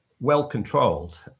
well-controlled